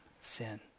sin